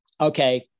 okay